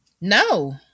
No